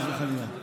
חס וחלילה.